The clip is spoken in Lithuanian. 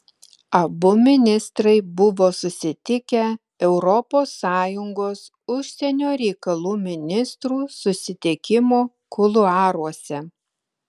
abu ministrai buvo susitikę europos sąjungos užsienio reikalų ministrų susitikimo kuluaruose